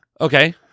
Okay